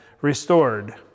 restored